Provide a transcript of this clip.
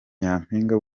nyampinga